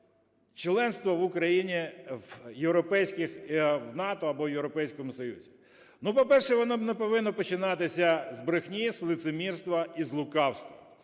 членство України в НАТО або в Європейському Союзі? Ну, по-перше, воно не повинно починатися з брехні, з лицемірства і з лукавства.